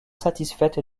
satisfaite